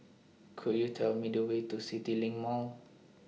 Could YOU Tell Me The Way to CityLink Mall